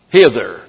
hither